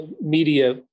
media